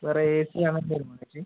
വേറ A C അങ്ങനത്ത ഏതെങ്കിലും വേണോ ഏച്ചി